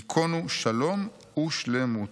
ייכונו שלום ושלמות".